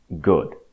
good